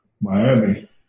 Miami